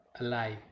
alive